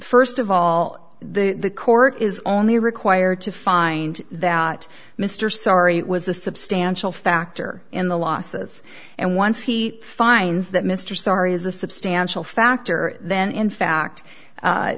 first of all the court is only required to find that mr sorry it was a substantial factor in the loss of and once he finds that mr starr is a substantial factor then in fact